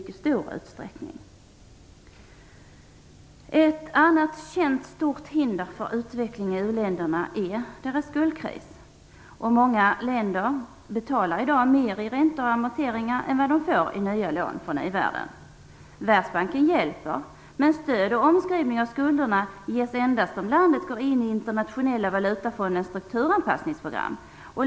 Ett annat känt stort hinder för utveckling i uländerna är deras skuldkris. Många länder betalar i dag mer i räntor och amorteringar än de får i nya lån från i-världen. Världsbanken hjälper, men stöd och omskrivning av skulderna ges endast om landet går in i Internationella valutafondens strukturanpassningsprogram.